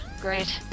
Great